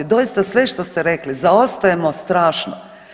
Doista, sve što ste rekli zaostajemo strašno.